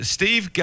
Steve